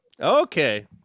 Okay